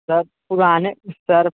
sir पुराने sir